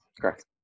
Correct